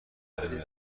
داماد